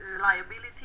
liability